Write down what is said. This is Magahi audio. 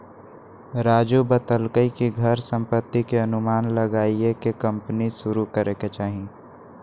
राजू बतलकई कि घर संपत्ति के अनुमान लगाईये के कम्पनी शुरू करे के चाहि